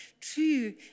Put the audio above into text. true